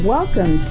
Welcome